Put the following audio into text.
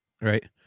right